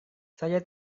saya